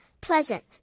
pleasant